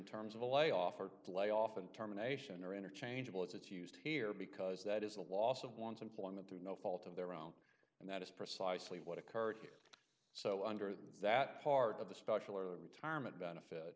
terms of a layoff or layoff and terminations are interchangeable as it's used here because that is a loss of one's employment through no fault of their own and that is precisely what occurred so under that part of the special or the retirement benefit